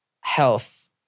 health